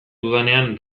dudanean